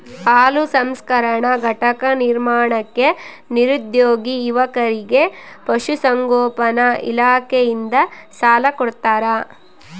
ಹಾಲು ಸಂಸ್ಕರಣಾ ಘಟಕ ನಿರ್ಮಾಣಕ್ಕೆ ನಿರುದ್ಯೋಗಿ ಯುವಕರಿಗೆ ಪಶುಸಂಗೋಪನಾ ಇಲಾಖೆಯಿಂದ ಸಾಲ ಕೊಡ್ತಾರ